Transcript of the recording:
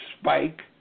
spike